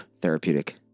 therapeutic